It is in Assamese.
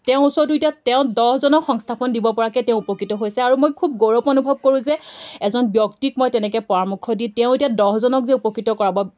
তেওঁ ওচৰতো এতিয়া তেওঁ দহজনক সংস্থাপন দিব পৰাকৈ তেওঁ উপকৃত হৈছে আৰু মই খুব গৌৰৱ অনুভৱ কৰোঁ যে এজন ব্যক্তিক মই তেনেকৈ পৰামৰ্শ দি তেওঁ এতিয়া দহজনক যে উপকৃত কৰাব